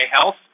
health